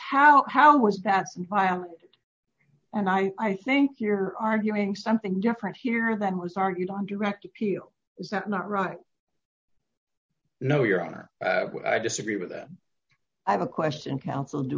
how how was that while and i i think you're arguing something different here that was argued on direct appeal is that not right no your honor i disagree with that i have a question counsel do